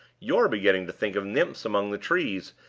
you're beginning to think of nymphs among the trees,